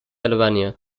albania